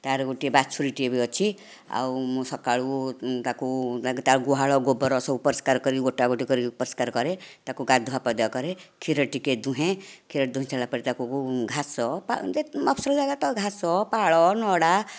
ତାର ଗୋଟିଏ ବାଛୁରି ଟିଏ ବି ଅଛି ଆଉ ମୁଁ ସକାଳୁ ତାକୁ ତାର ଗୁହାଳ ଗୋବର ସବୁ ପରିଷ୍କାର କରି ଗୋଟା ଗୋଟି କରି ପରିଷ୍କାର କରେ ତାକୁ ଗାଧୁଆ ପାଧୁଆ କରେ କ୍ଷୀର ଟିକିଏ ଦୁହେଁ କ୍ଷୀର ଦୁହିଁ ସାରିଲାପରେ ତାକୁ ଘାସ ମଫସଲ ଜାଗା ତ ଘାସ ପାଳ ନଡ଼ା